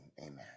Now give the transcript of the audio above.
amen